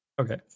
Okay